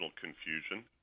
confusion